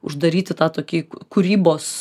uždaryti tą tokį kūrybos